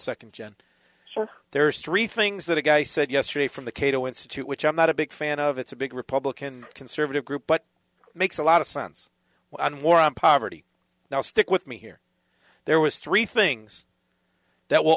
second gen so there's three things that a guy said yesterday from the cato institute which i'm not a big fan of it's a big republican conservative group but makes a lot of sense when war on poverty now stick with me here there was three things that will